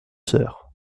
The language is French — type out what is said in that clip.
sœurs